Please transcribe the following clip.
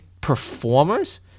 performers